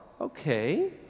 Okay